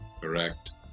correct